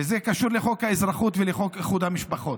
וזה קשור לחוק האזרחות ולחוק איחוד המשפחות.